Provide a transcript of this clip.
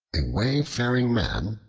a wayfaring man,